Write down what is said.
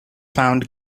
found